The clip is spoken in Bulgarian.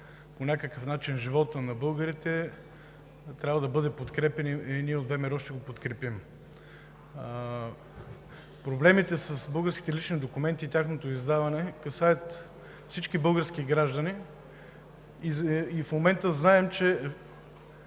по някакъв начин живота на българите, трябва да бъде подкрепяна. Ние от ВМРО ще го подкрепим. Проблемите с българските лични документи и тяхното издаване касаят всички български граждани. Знаем, че